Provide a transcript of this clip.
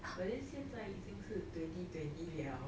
but then 现在已经是 twenty twenty liao